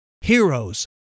heroes